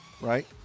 right